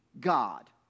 God